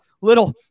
little